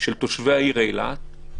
של תושבי העיר אילת,